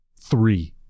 three